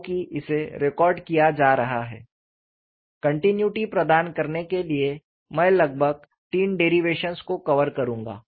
क्योंकि इसे रिकॉर्ड किया जा रहा है कॉन्टिनुइटी प्रदान करने के लिए मैं लगभग तीन डेरिवेशंस को कवर करूंगा